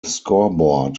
scoreboard